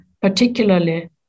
particularly